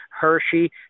Hershey